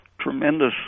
tremendous